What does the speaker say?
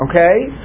okay